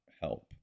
help